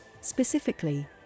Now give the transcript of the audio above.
specifically